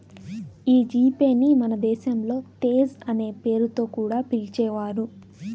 ఈ G Pay ని మన దేశంలో తేజ్ అనే పేరుతో కూడా పిలిచేవారు